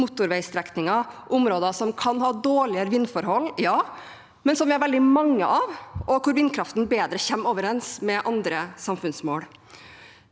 motorveistrekninger er områder som kan ha dårligere vindforhold, ja, men som vi har veldig mange av, og der vindkraften bedre kommer overens med andre samfunnsmål.